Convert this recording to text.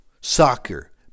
soccer